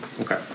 Okay